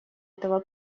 этого